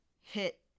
hit